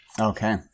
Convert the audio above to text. Okay